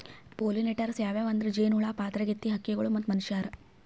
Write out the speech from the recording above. pollinators ಯಾವ್ಯಾವ್ ಅಂದ್ರ ಜೇನಹುಳ, ಪಾತರಗಿತ್ತಿ, ಹಕ್ಕಿಗೊಳ್ ಮತ್ತ್ ಮನಶ್ಯಾರ್